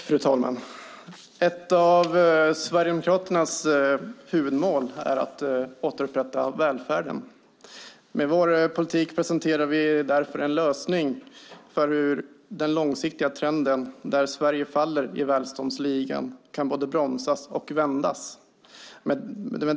Fru talman! Ett av Sverigedemokraternas huvudmål är att återupprätta välfärden. Med vår politik presenterar vi därför en lösning för hur den långsiktiga trenden där Sverige faller i välståndsligan både kan bromsas och vändas.